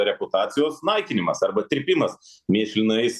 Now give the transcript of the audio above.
reputacijos naikinimas arba trypimas mėšlinais